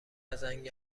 زنگ